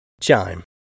Chime